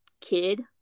kid